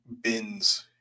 bins